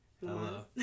Hello